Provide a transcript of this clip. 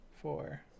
Four